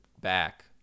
back